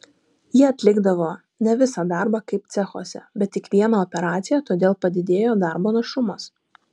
jie atlikdavo ne visą darbą kaip cechuose bet tik vieną operaciją todėl padidėjo darbo našumas